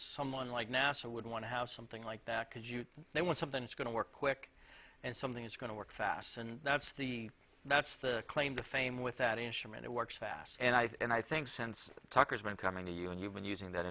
someone like nasa would want to have something like that because you know when something's going to work quick and something is going to work fast and that's the that's the claim to fame with that instrument it works fast and i have and i think since tucker's been coming to you and you've been using that